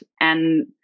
and-